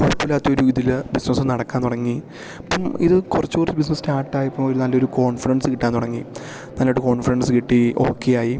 കുഴപ്പം ഇല്ലാത്ത ഒരു ഇതിൽ ബിസ്നസ്സ് നടക്കാൻ തുടങ്ങി ഇപ്പം ഇത് കുറച്ച് കുറച്ച് ബിസ്നസ്സ് സ്റ്റാർട്ട് ആയപ്പോൾ ഒരു നല്ല ഒരു കോൺഫ്ഡൻസ് കിട്ടാൻ തുടങ്ങി നന്നായിട്ട് കോൺഫ്ഡൻസ് കിട്ടി ഓക്കെയായി